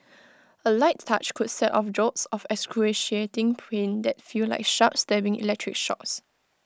A light touch could set off jolts of excruciating pain that feel like sharp stabbing electric shocks